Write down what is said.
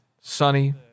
sunny